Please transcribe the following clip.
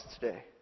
today